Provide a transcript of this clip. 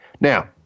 Now